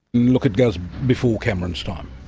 look, it goes before cameron's time,